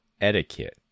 etiquette